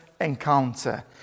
encounter